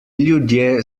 ljudje